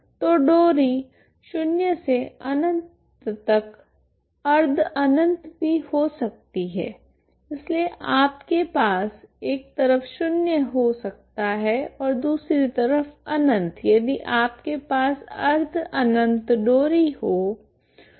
तो डोरी शून्य से अनंत तक अर्ध अनंत भी हो सकती है इसलिए आपके पास एक तरफ शून्य हो सकता है ओर दूसरी तरफ अनंत यदि आपके पास अर्ध अनंत डोरी हो